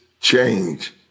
change